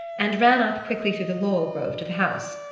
and ran up quickly through the laurel-grove to the house.